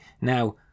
Now